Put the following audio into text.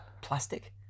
plastic